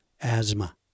asthma